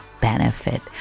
benefit